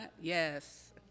Yes